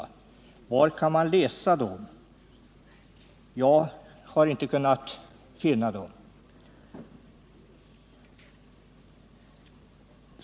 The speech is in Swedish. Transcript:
Var kan man läsa dem? Jag har inte kunnat finna dem.